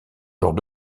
genre